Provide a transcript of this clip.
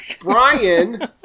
Brian